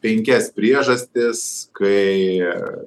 penkias priežastis kai